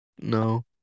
No